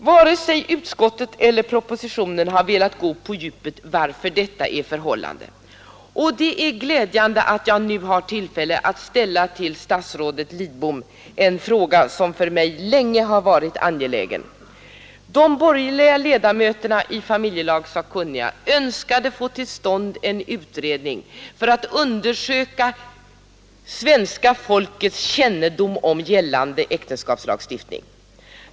Varken utskottet eller departementschefen har velat gå på djupet för att utröna varför det förhåller sig så. De borgerliga ledamöterna i familjelagssakkunniga önskade få till stånd en utredning för att undersöka svenska folkets kännedom om gällande äktenskapslagstiftning.